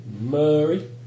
Murray